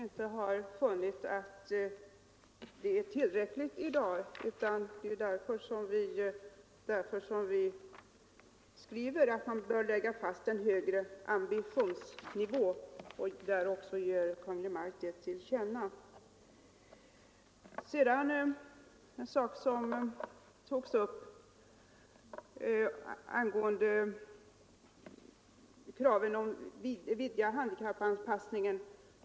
Fru talman! Det är ju alldeles uppenbart att vi inom utskottet funnit att dagens bestämmelser på detta område inte är tillräckliga, och det är därför som vi föreslår att riksdagen skall ge Kungl. Maj:t till känna att man bör lägga fast en högre ambitionsnivå. Herr Nilsson i Kristianstad tog upp kraven på en vidgning av handikappanpassningen.